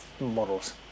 models